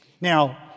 Now